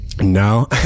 No